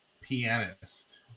pianist